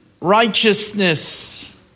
Righteousness